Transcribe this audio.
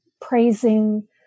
praising